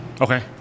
okay